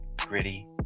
gritty